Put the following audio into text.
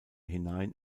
hinein